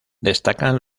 destacan